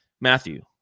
Matthew